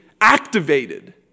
activated